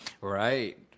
right